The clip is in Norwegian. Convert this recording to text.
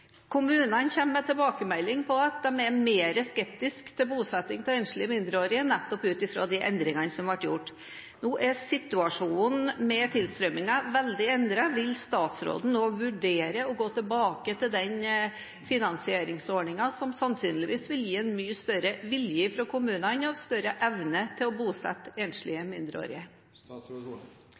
Kommunene kommer med tilbakemelding om at de er mer skeptisk til bosetting av enslige mindreårige nettopp ut fra endringene som ble gjort. Nå er situasjonen med denne tilstrømmingen veldig endret. Vil statsråden vurdere å gå tilbake til den finansieringsordningen som sannsynligvis vil gi en mye større vilje og bedre evne i kommunene til å bosette